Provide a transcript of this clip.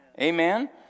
Amen